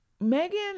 Megan